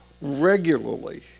regularly